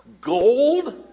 Gold